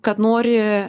kad nori